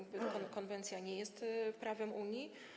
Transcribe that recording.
Konwencja nie jest prawem Unii.